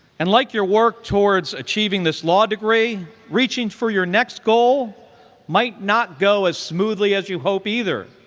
and like your work towards achieving this law degree, reaching for your next goal might not go as smoothly as you hope either.